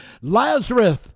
Lazarus